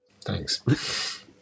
Thanks